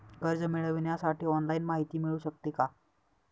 कर्ज मिळविण्यासाठी ऑनलाईन माहिती मिळू शकते का?